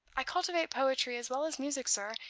i cultivate poetry as well as music, sir,